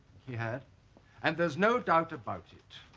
he had and there's no doubt about it.